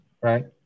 right